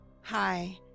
Hi